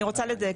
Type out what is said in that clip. אני רוצה לדייק,